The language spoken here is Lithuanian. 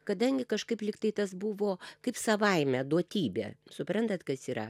kadangi kažkaip lyg tai tas buvo kaip savaime duotybė suprantat kas yra